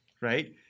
Right